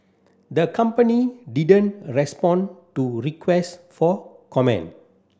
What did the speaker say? the company didn't respond to requests for comment